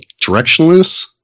directionless